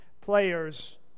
players